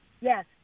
yes